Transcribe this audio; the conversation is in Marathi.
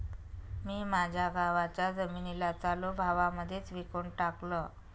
मी माझ्या गावाच्या जमिनीला चालू भावा मध्येच विकून टाकलं